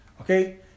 Okay